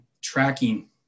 tracking